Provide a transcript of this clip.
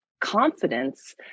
confidence